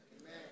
Amen